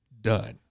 done